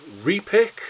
repick